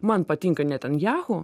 man patinka netanyahu